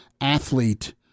athlete